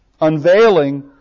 unveiling